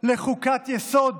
לחוקת יסוד